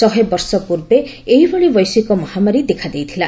ଶହେବର୍ଷ ପୂର୍ବେ ଏହିଭଳି ବୈଶ୍ୱିକ ମହାମାରୀ ଦେଖାଦେଇଥିଲା